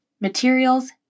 materials